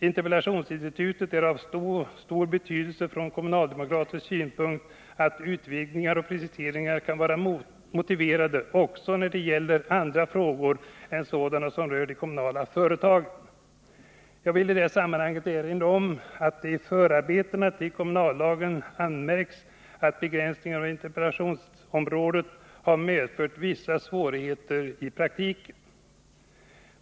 Interpellationsinstitutet är av så stor betydelse från kommunaldemokratisk synpunkt att utvidgningar och preciseringar kan vara motiverade också när det gäller andra frågor än sådana som rör de kommunala företagen. Jag vill i detta sammanhang erinra om att det i förarbetena till kommunallagen anmärks att bestämningen av interpellationsområdet har medfört vissa svårigheter i praktiken .